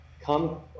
come